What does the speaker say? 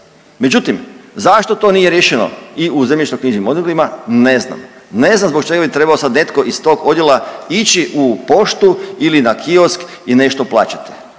međutim zašto to nije riješeno i u zemljišnoknjižnim odjelima ne znam, ne znam zbog čega bi trebao sad netko iz tog odjela ići u poštu ili na kiosk i nešto plaćati,